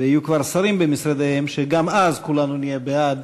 ויהיו כבר שרים במשרדיהם, שגם אז כולנו נהיה בעד